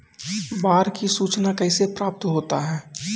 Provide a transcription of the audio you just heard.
बाढ की सुचना कैसे प्राप्त होता हैं?